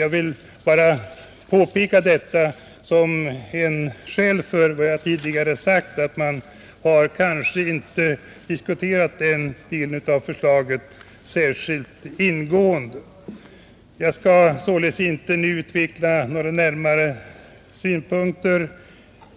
Jag vill bara påpeka detta som ett skäl för vad jag tidigare sagt, nämligen att man kanske inte har diskuterat den delen av förslaget särskilt ingående. Jag skall som sagt inte utveckla några närmare synpunkter